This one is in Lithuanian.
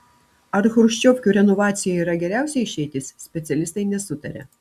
ar chruščiovkių renovacija yra geriausia išeitis specialistai nesutaria